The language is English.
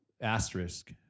asterisk